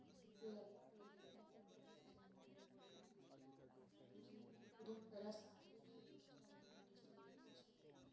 दादू गी अग्गुआं देई ओड़ेआ उंदा ढिड पूरी चीर फाड़ करी ओड़ी ही